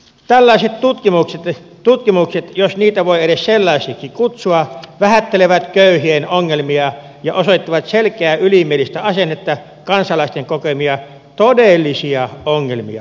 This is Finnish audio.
tällaiset tutkimukset jos niitä voi edes sellaisiksi kutsua vähättelevät köyhien ongelmia ja osoittavat selkeää ylimielistä asennetta kansalaisten kokemia todellisia ongelmia kohtaan